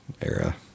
era